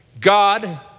God